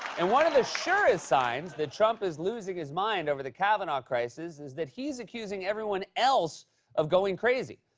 and one of the surest signs that trump is losing his mind over the kavanaugh crisis is that he's accusing everyone else of going crazy.